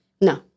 No